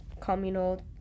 communal